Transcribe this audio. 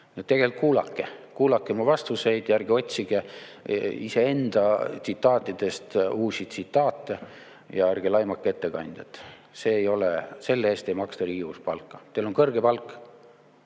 Tegelikult kuulake! Kuulake mu vastuseid ja ärge otsige iseenda tsitaatidest uusi tsitaate ja ärge laimake ettekandjat! Selle eest ei maksta Riigikogus palka. Teil on kõrge palk.